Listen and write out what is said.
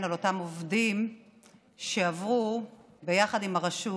על אותם עובדים שעברו ביחד עם הרשות